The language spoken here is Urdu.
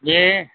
جی